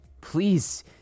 Please